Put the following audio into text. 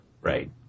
Right